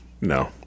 No